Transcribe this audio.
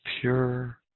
pure